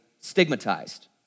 stigmatized